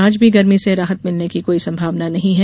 आज भी गर्मी से राहत मिलने की कोई संभावना नहीं है